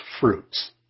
fruits